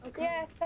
yes